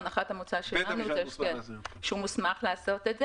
הנחת המוצא שלנו היא שהוא מוסמך לעשות את זה.